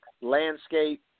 landscape